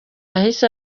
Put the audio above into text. yahise